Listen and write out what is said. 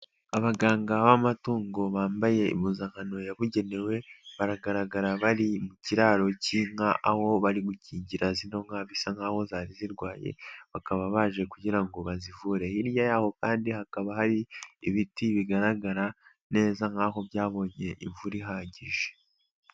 Abaganga b'amatungo bambaye impuzankano yabugenewe, baragaragara bari mu kiraro k'inka, aho bari gukingira zino nka bisa nk'aho zari zirwaye, bakaba baje kugira ngo bazivure, hirya y'aho kandi hakaba hari ibiti bigaragara neza nk'aho byabonye imvura ihagije.